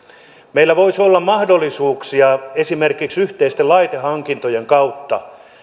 meillä voisi olla mahdollisuuksia esimerkiksi yhteisten laitehankintojen kautta